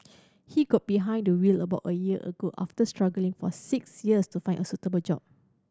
he got behind the wheel about a year ago after struggling for six years to find a suitable job